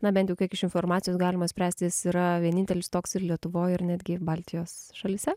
na bent jau kiek iš informacijos galima spręsti jis yra vienintelis toks ir lietuvoj ir netgi baltijos šalyse